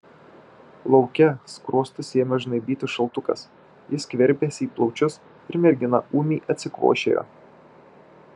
lauke skruostus ėmė žnaibyti šaltukas jis skverbėsi į plaučius ir mergina ūmiai atsikvošėjo